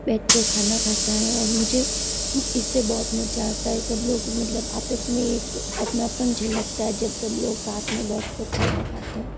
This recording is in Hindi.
बैठ कर खाना खाते हैं और मुझे इस से बहुत मज़ा आता है सब लोग मतलब आपस में एक अपनापन झलकता है जब सब लोग साथ में बैठ कर खाना खाते हैं